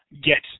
get